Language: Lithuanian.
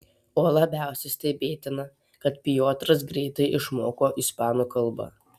o labiausiai stebėtina kad piotras greitai išmoko ispanų kalbą